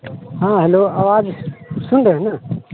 हाँ हेलो आवाज़ सुन रहे हैं ना